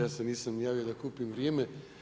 Ja se nisam javio da kupim vrijeme.